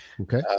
Okay